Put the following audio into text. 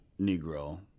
Negro